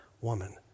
woman